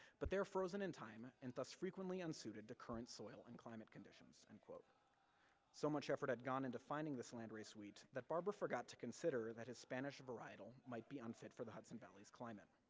but they're frozen in time, and thus frequently unsuited to current soil and climate conditions. so much effort had gone into finding this landrace wheat, that barber forgot to consider that his spanish varietal might be unfit for the hudson valley's climate.